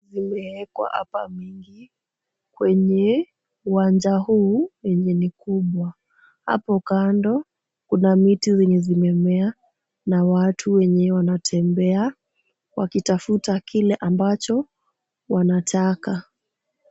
Imewekwa hapa kwenye uwanja huu yenye ni kubwa. Hapo kando kuna miti zenye zimemea na watu wanatembea wakitafuta kile ambacho wanataka.